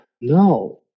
No